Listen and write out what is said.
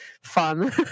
fun